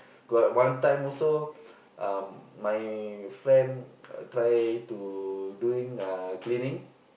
got one time also uh my friend try to doing uh cleaning